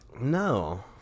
No